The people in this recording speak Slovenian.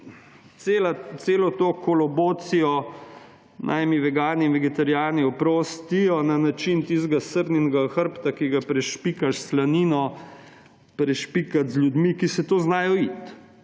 celo to kolobocijo, naj mi vegani in vegeterijani oprostijo, na način tistega srninega hrbta, ki ga prešpikaš s slanino, prešpikati z ljudmi, ki se to znajo iti.